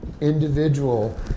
individual